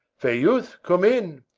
fair youth, come in.